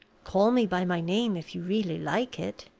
call me by my name, if you really like it,